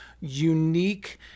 unique